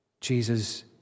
Jesus